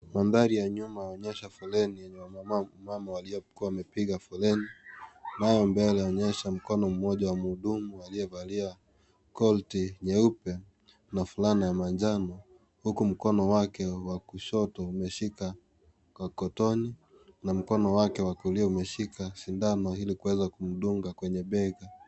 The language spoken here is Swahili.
Membari ya nyuma uononyesha foleni yenye wamama waliokuwa wamepiga foleni nao mbele wauonyesha mkono mmoja wa mhudumu aliyevalia koti nyeupe na fulana ya manjano huku mkono wake wa kushoto umeshika kotoni na mkono wake wa kulia umeshika sindano hili kuweze kumdunga kwenye bega.